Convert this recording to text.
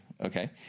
Okay